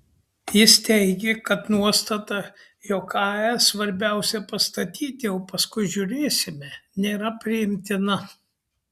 jis teigė kad nuostata jog ae svarbiausia pastatyti o paskui žiūrėsime nėra priimtina